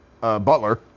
Butler